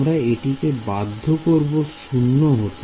আমরা এটিকে বাধ্য করবো 0 হতে